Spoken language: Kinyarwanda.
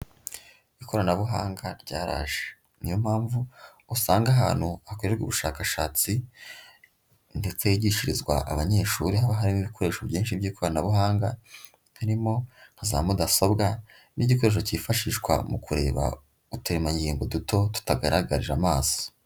Ikoranabuhanga ryaraje, niyo mpamvu usanga ahantu hakorerwa ubushakashatsi ndetse higishirizwa abanyeshuri haba harimo ibikoresho byinshi by'ikoranabuhanga, harimo nka za mudasobwa n'igikoresho cyifashishwa mu kureba uturemangingo duto tutagaragarira amaso.